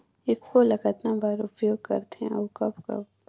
ईफको ल कतना बर उपयोग करथे और कब कब?